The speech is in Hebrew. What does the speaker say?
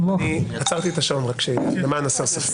עצרתי את השעון, למען הסר ספק.